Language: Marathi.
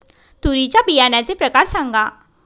तूरीच्या बियाण्याचे प्रकार सांगा